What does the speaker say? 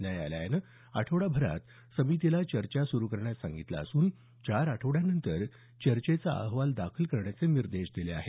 न्यायालयानं आठवडाभरात समितीला चर्चा सुरू करण्यात सांगितलं असून चार आठवड्यांनंतर चर्चेचा अहवाल दाखल करण्याचे निर्देश दिले आहेत